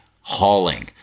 hauling